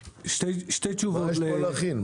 מה יש פה להכין?